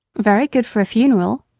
very good for a funeral,